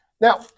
now